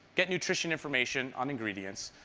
get nutrition information on ingredients,